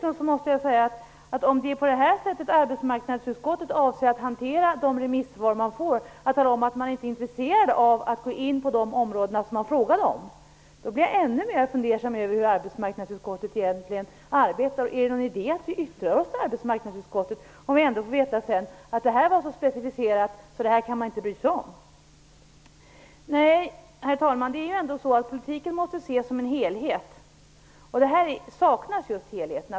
Om det är så arbetsmarknadsutskottet avser att hantera inkomna remissvar, dvs. om man talar om att man inte är intresserad av att gå in på de områden som det frågats om, blir jag ännu mera fundersam över hur arbetsmarknadsutskottet egentligen arbetar. Är det någon idé för oss att yttra oss i arbetsmarknadsutskottet om vi ändå sedan får veta att det är så specificerat att det inte går att bry sig om det? Nej, herr talman, politiken måste ses som en helhet. Här saknas just helheten.